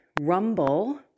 Rumble